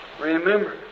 Remember